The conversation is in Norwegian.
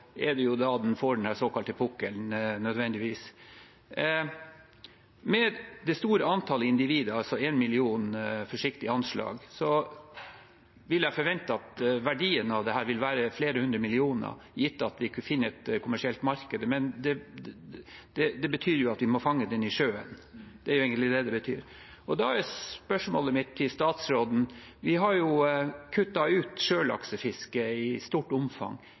såkalte pukkelen. Med det store antallet individer, altså en million forsiktig anslått, vil jeg forvente at verdien av dette vil være flere hundre millioner kroner, gitt at vi kan finne et kommersielt marked. Men det betyr at vi må fange den i sjøen. Da er spørsmålet mitt til statsråden, siden vi har kuttet ut sjølaksefisket i stort omfang: